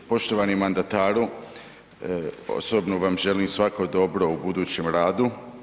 Poštovani mandataru, osobno vam želim svako dobro u budućem radu.